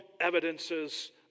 evidences